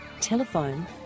Telephone